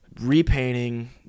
repainting